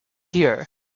here